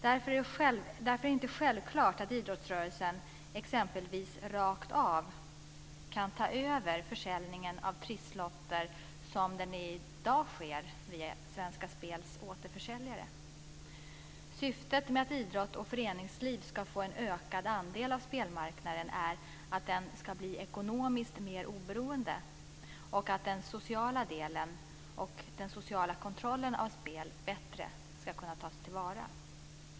Därför är det inte självklart att idrottsrörelsen exempelvis rakt av kan ta över försäljningen av trisslotter så som den i dag sker via Svenska Spels återförsäljare. Syftet med att idrott och föreningsliv ska få en ökad andel av spelmarknaden är att de ska bli ekonomiskt mer oberoende och att den sociala delen och den sociala kontrollen av spel bättre ska kunna tas till vara.